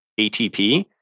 ATP